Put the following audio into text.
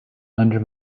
under